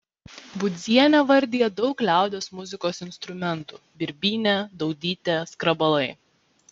budzienė vardija daug liaudies muzikos instrumentų birbynė daudytė skrabalai